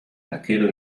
arquero